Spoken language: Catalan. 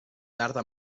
tarda